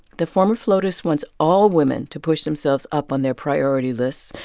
the former flotus wants all women to push themselves up on their priority lists.